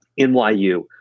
NYU